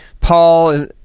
Paul